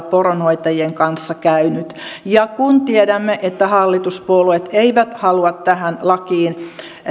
poronhoitajien kanssa käynyt ja kun tiedämme että hallituspuolueet eivät halua tähän lakiin